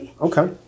Okay